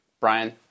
brian